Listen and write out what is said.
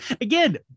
again